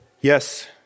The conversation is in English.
Yes